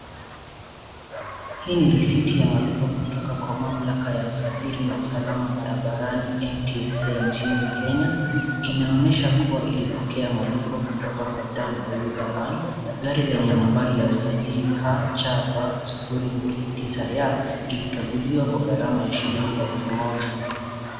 Hii ni risiti ya malipo kutoka kwa mamlaka ya usafiri na usalama barabarani NTSA nchini Kenya. Inaonyesha kuwa ilipokea malipo kutoka kwa Dan Oyuga And. Gari lenye nambari ya usajili KCB 029Y ilikaguliwa kwa shilingi elfu moja.